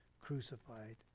crucified